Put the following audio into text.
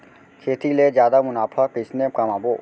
खेती ले जादा मुनाफा कइसने कमाबो?